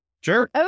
Sure